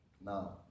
Now